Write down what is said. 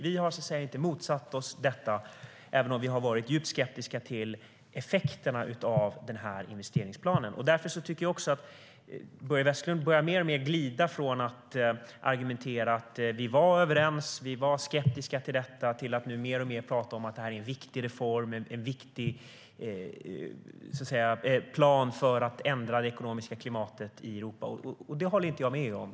Vi har inte motsatt oss det, även om vi har varit djupt skeptiska till effekterna av investeringsplanen. Börje Vestlund börjar glida mer och mer i argumentationen från att vi var överens och att de var skeptiska till att nu alltmer prata om att det är en viktig reform och plan för att ändra det ekonomiska klimatet i Europa. Det håller jag inte med om.